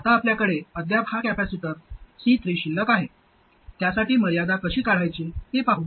आता आपल्याकडे अद्याप हा कॅपेसिटर C3 शिल्लक आहे त्यासाठी मर्यादा कशी काढायची ते पाहू